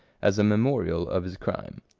as a memorial of his crime.